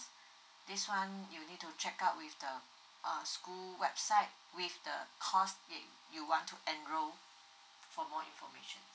this one you need to check out with the uh school website with the course that you want to enrol for more information